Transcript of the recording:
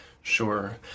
Sure